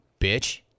bitch